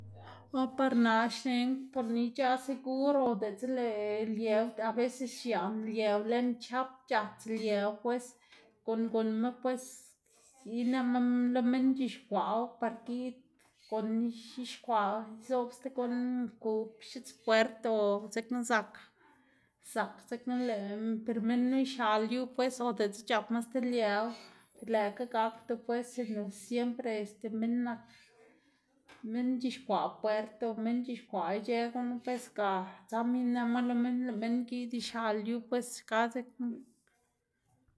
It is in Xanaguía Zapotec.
Ah par naꞌ xneꞌná porni ic̲h̲aꞌ segur o diꞌtse lëꞌ liëw aveces xiaꞌn liëw lën c̲h̲ap c̲h̲ats liëw pues, guꞌn guꞌnnma pues ineꞌma lo minn c̲h̲ixkwaꞌwu par giꞌd guꞌnn, ix̱ixkwaꞌwu izoꞌb sti guꞌn nkub x̱its puert o dzekna zak, zak dzekna lë per lëꞌ minnu ixal yu pues o diꞌtse c̲h̲apama sti liëw lëꞌkga gakdu pues, sinda siempre este minn nak minn c̲h̲ixkwaꞌ puert o minn c̲h̲ixkwaꞌ ic̲h̲ëꞌ gunu pues ga tsama ineꞌma lo minn lëꞌ minn giꞌd ixal yu pues xka dzekna.